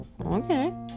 Okay